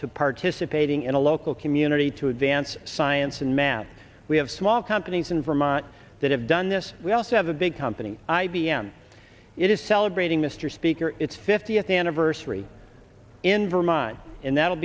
to participating in a local community to advance science and math we have small companies in vermont that have done this we also have a big company i b m it is celebrating mr speaker its fiftieth anniversary in vermont and that